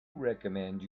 recommend